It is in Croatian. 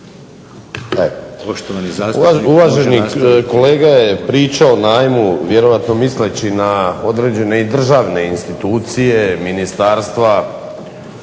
Uvaženi kolega je pričao o najmu vjerojatno misleći na određene državne institucije, ministarstva,